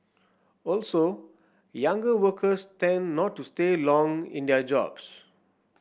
also younger workers tend not to stay long in their jobs